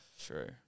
True